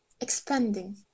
expanding